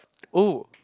oh